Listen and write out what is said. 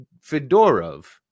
Fedorov